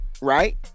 right